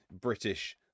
british